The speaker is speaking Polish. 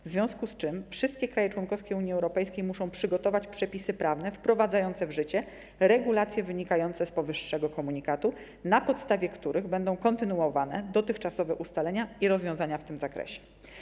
W związku z tym wszystkie kraje członkowskie Unii Europejskiej muszą przygotować przepisy prawne wprowadzające w życie regulacje wynikające z powyższego komunikatu, na podstawie których będą kontynuowane dotychczasowe ustalenia i rozwiązania w tym zakresie.